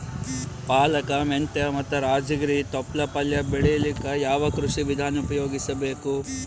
ಪಾಲಕ, ಮೆಂತ್ಯ ಮತ್ತ ರಾಜಗಿರಿ ತೊಪ್ಲ ಪಲ್ಯ ಬೆಳಿಲಿಕ ಯಾವ ಕೃಷಿ ವಿಧಾನ ಉಪಯೋಗಿಸಿ ಬೇಕು?